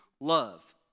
love